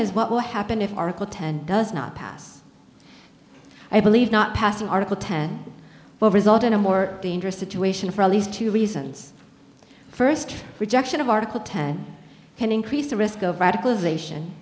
is what will happen if article ten does not pass i believe not passing article ten over is not in a more dangerous situation for at least two reasons first rejection of article ten can increase the risk of radicalization